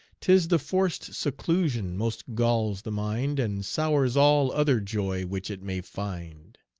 tis the forced seclusion most galls the mind, and sours all other joy which it may find.